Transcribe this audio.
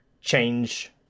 change